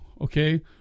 Okay